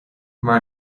mar